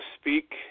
speak